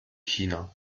china